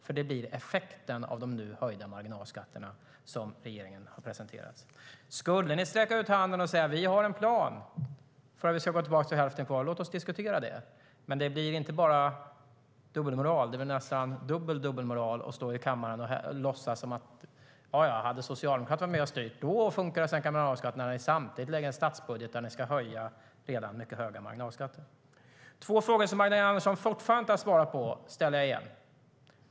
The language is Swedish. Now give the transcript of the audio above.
Det blir nämligen effekten av de höjda marginalskatterna som regeringen nu har presenterat. Jag vill återigen ställa två frågor som Magdalena Andersson fortfarande inte har svarat på.